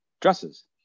dresses